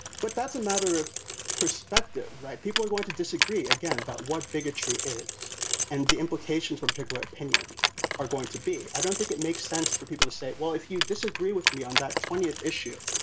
but that's a matter of perspective, right? people are going to disagree again about what bigotry is and the implications for a particular opinion are going to be. i don't think it makes sense for people to say, well, if you disagree with me on that twentieth issue,